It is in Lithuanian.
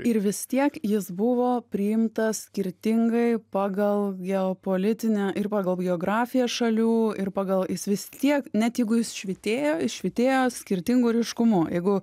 ir vis tiek jis buvo priimtas skirtingai pagal geopolitinę ir pagal geografiją šalių ir pagal jis vis tiek net jeigu jis švytėjo jis švytėjo skirtingu ryškumu jeigu